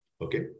Okay